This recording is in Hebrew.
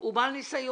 הוא בעל ניסיון.